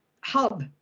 hub